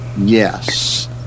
Yes